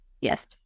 Yes